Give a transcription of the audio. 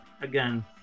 again